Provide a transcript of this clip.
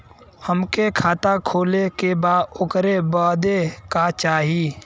हमके खाता खोले के बा ओकरे बादे का चाही?